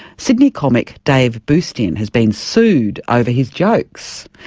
sydney comic dave bloustien has been sued over his jokes,